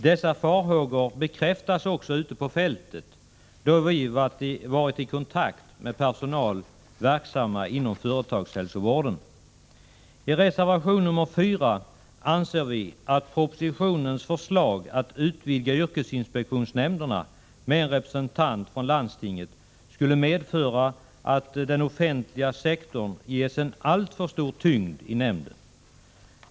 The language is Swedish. Dessa farhågor bekräftas också ute på fältet då vi varit i kontakt med personal verksam inom företagshälsovården. I reservation 4 anser vi att det som föreslås i propositionen om utvidgning av yrkesinspektionsnämnderna med en representant från landstinget skulle medföra att den offentliga sektorn ges en alltför stor tyngd i nämnden.